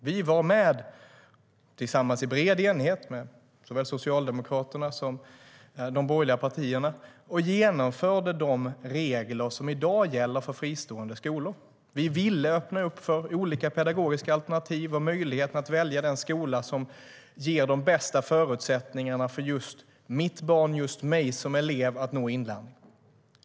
Vi var med i bred enighet med såväl Socialdemokraterna som de borgerliga partierna och genomförde de regler som i dag gäller för fristående skolor. Vi ville öppna för olika pedagogiska alternativ och möjligheten att välja den skola som ger de bästa förutsättningarna för just mitt barn eller just mig som elev att nå inlärning.